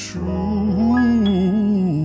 True